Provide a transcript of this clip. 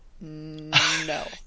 no